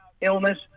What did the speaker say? illness